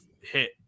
hit